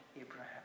Abraham